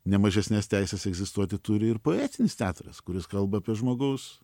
ne mažesnes teises egzistuoti turi ir poetinis teatras kuris kalba apie žmogaus